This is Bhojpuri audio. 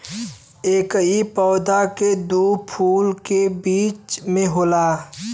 एकही पौधा के दू फूल के बीच में होला